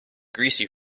greasy